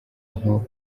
nko